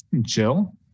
Jill